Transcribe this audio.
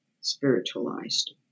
spiritualized